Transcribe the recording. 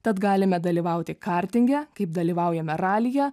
tad galime dalyvauti kartinge kaip dalyvaujame ralyje